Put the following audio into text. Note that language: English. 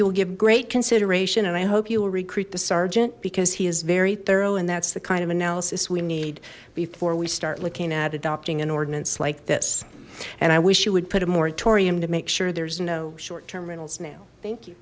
will give great consideration and i hope you will recruit the sergeant because he is very thorough and that's the kind of analysis we need before we start looking at adopting an ordinance like this and i wish you would put a moratorium to make sure there's no short term rentals now thank you